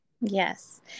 Yes